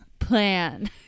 plan